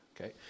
Okay